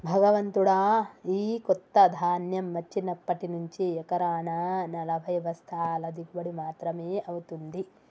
భగవంతుడా, ఈ కొత్త ధాన్యం వచ్చినప్పటి నుంచి ఎకరానా నలభై బస్తాల దిగుబడి మాత్రమే అవుతుంది